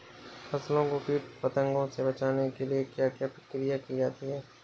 फसलों को कीट पतंगों से बचाने के लिए क्या क्या प्रकिर्या की जाती है?